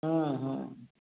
हॅं हॅं